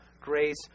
grace